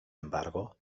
embargo